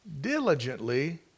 diligently